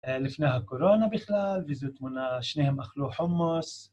לפני הקורונה בכלל, וזו תמונה שניהם אכלו חומוס.